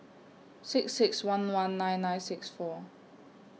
six six one one nine nine six four